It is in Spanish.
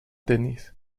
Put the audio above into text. tenis